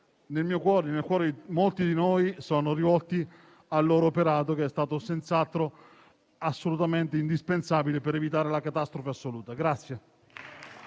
nel mio cuore e nel cuore di molti di noi, sono rivolti al loro operato che è stato senz'altro indispensabile per evitare la catastrofe assoluta.